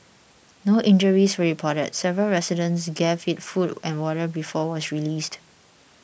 no injuries were reported several residents gave it food and water before was released